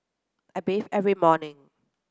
I bathe every morning